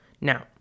Now